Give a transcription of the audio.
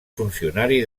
funcionari